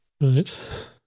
Right